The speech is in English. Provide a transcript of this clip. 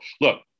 look